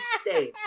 stage